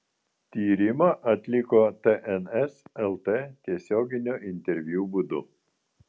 tyrimą atliko tns lt tiesioginio interviu būdu